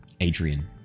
Adrian